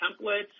templates